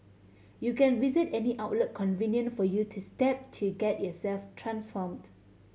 you can visit any outlet convenient for you step to get yourself transformed